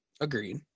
Agreed